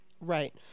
Right